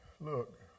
Look